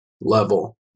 level